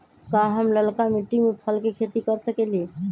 का हम लालका मिट्टी में फल के खेती कर सकेली?